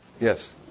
Yes